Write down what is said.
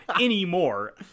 anymore